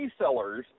resellers